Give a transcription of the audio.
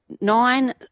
nine